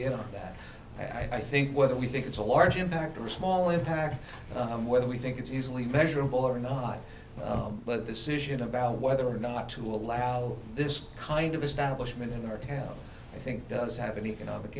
on that i think whether we think it's a large impact or a small impact whether we think it's easily measurable or not but this issue about whether or not to allow this kind of establishment in our town i think does have an economic